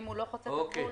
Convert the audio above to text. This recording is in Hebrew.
אם הוא לא חוצה את הגבול,